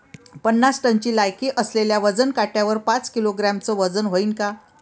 पन्नास टनची लायकी असलेल्या वजन काट्यावर पाच किलोग्रॅमचं वजन व्हईन का?